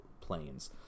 planes